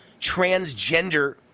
transgender